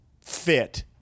fit